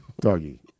doggy